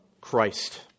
Christ